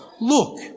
look